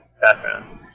backgrounds